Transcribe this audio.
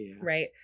right